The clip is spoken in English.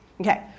Okay